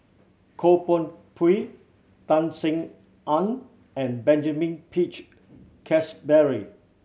Goh Koh Pui Tan Sin Aun and Benjamin Peach Keasberry